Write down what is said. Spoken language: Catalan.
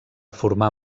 formar